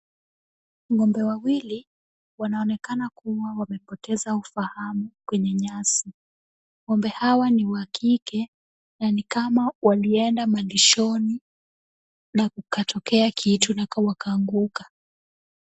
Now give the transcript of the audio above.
Ng'ombe wawili wanaonekana kuwa wamepoteza ufahamu kwenye nyasi. Ng'ombe hawa ni wa kike na ni kama walienda malishoni na kukatokea kitu na wakaanguka.